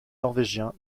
norvégien